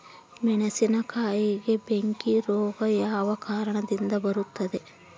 ಮೆಣಸಿನಕಾಯಿಗೆ ಬೆಂಕಿ ರೋಗ ಯಾವ ಕಾರಣದಿಂದ ಬರುತ್ತದೆ?